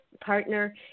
partner